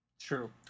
True